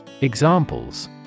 Examples